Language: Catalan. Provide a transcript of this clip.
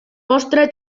vostre